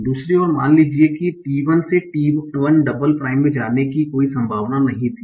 दूसरी ओर मान लीजिए कि t 1 से t 1 डबल प्राइम में जाने की कोई संभावना नहीं थी